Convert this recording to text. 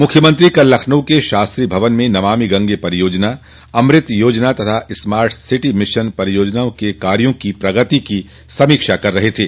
मुख्यमंत्री कल लखनऊ के शास्त्री भवन में नमामि गंगे परियोजना अमृत योजना तथा स्मार्ट सिटी मिशन परियोजनाओं के कार्यों की प्रगति की समीक्षा कर रहे थे